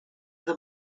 the